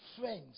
friends